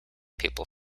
people